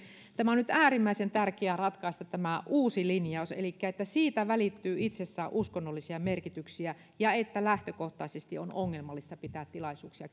nyt on äärimmäisen tärkeää ratkaista tämä uusi linjaus että siitä välittyy itsessään uskonnollisia merkityksiä ja että lähtökohtaisesti on ongelmallista pitää tilaisuuksia